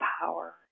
power